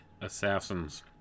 assassins